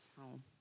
home